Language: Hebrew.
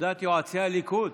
עמדת יועצי הליכוד,